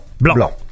blanc